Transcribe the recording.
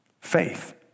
Faith